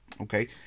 okay